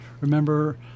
remember